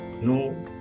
no